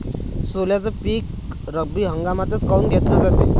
सोल्याचं पीक रब्बी हंगामातच काऊन घेतलं जाते?